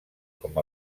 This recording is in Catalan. com